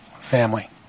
family